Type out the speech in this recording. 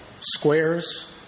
squares